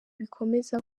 bikomeza